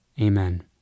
Amen